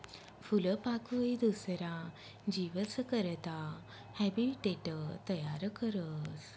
फूलपाकोई दुसरा जीवस करता हैबीटेट तयार करस